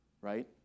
right